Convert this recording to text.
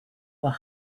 were